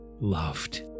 loved